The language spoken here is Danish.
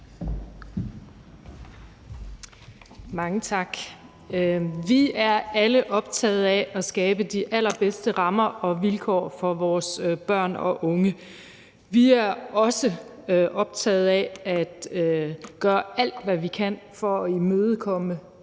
Mange tak. Vi er alle optaget af at skabe de allerbedste rammer og vilkår for vores børn og unge. Vi er også optaget af at gøre alt, hvad vi kan, for at imødegå den